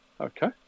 Okay